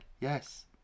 yes